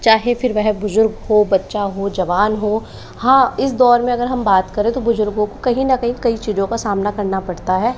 चाहे फिर वह बुजुर्ग हो बच्चा हो जवान हो हाँ इस दौर में अगर हम बात करें तो बुजुर्गों को कहीं न कहीं कई चीज़ों का सामना करना पड़ता है